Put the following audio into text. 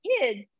kids